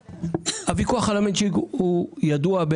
הוויכוח על המצ'ינג הוא ידוע,